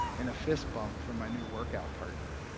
and a fist bump from my new workout partner.